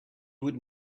would